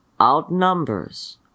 outnumbers